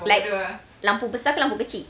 like lampu besar ke lampu kecil